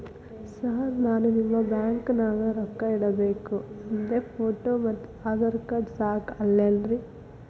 Sir ನಾನು ನಿಮ್ಮ ಬ್ಯಾಂಕನಾಗ ರೊಕ್ಕ ಇಡಬೇಕು ಅಂದ್ರೇ ಫೋಟೋ ಮತ್ತು ಆಧಾರ್ ಕಾರ್ಡ್ ಸಾಕ ಅಲ್ಲರೇ?